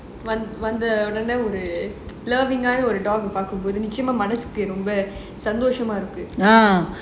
வந்த உடனே ஒரு:vantha udanae oru loving dog ah பாக்கும் போது நிச்சயமா மனசுக்கு ரொம்ப சந்தோசமா இருக்கு:paakum pothu nichayamaa manasuku romba santhosama iruku